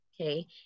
okay